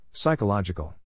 Psychological